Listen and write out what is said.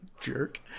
jerk